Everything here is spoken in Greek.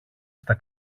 στα